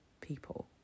people